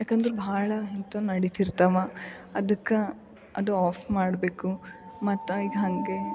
ಯಾಕಂದ್ರೆ ಭಾಳ ಇಂಥವ್ ನಡಿತಿರ್ತಾವೆ ಅದಕ್ಕೆ ಅದು ಆಫ್ ಮಾಡಬೇಕು ಮತ್ತು ಹೀಗೆ ಹಂಗೆ